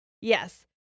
Yes